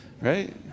Right